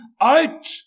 out